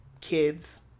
kids